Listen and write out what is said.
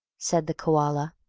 said the koala.